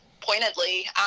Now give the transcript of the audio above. pointedly